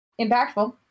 impactful